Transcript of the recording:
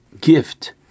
gift